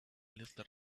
little